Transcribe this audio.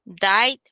died